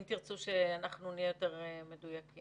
אם תרצו שאנחנו נהיה יותר מדויקים.